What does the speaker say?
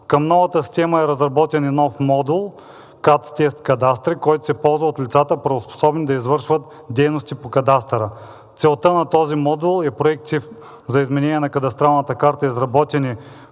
Към новата система е разработен и нов модул cadtest.cadastre.bg, който се ползва от лицата, правоспособни да извършват дейности по кадастъра. Целта на този модул е проектите за изменение на кадастралната карта, изработени